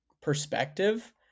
perspective